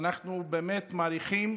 ואנחנו באמת מעריכים,